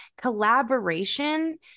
collaboration